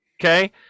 Okay